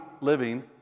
living